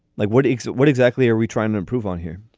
like what? what exactly are we trying to improve on here?